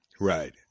Right